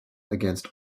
against